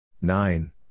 nine